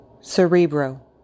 Cerebro